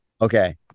okay